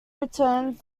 returns